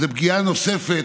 אז זאת פגיעה נוספת.